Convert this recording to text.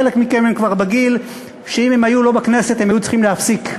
חלק מכם כבר בגיל שאם לא הייתם בכנסת הייתם צריכים להפסיק,